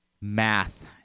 math